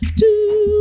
two